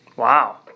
Wow